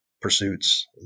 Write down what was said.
pursuits